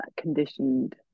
conditioned